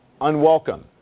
unwelcome